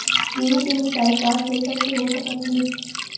गेहूँ के मिसाई का थ्रेसर से हो सकत हे?